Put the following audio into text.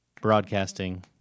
broadcasting